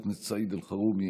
חבר הכנסת סעיד אלחרומי,